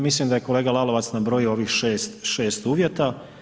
Mislim da je kolega Lalovac nabrojio ovih 6 uvjeta.